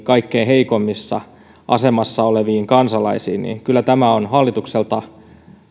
kaikkein heikoimmassa asemassa oleviin kansalaisiin on hallitukselta